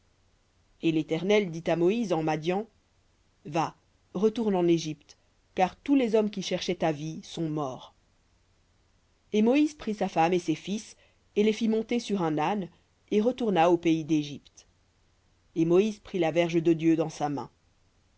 et l'éternel dit à moïse en madian va retourne en égypte car tous les hommes qui cherchaient ta vie sont morts et moïse prit sa femme et ses fils et les fit monter sur un âne et retourna au pays d'égypte et moïse prit la verge de dieu dans sa main